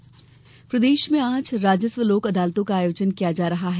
राजस्व अदालत प्रदेश में आज राजस्व लोक अदालतों का आयोजन किया जा रहा है